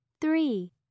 Three